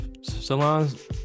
salons